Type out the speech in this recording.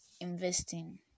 investing